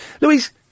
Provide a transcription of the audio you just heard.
Louise